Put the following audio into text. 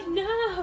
no